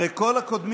הרי כל הקודמים,